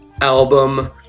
album